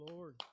Lord